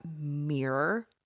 mirror